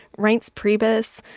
reince priebus,